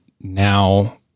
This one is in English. now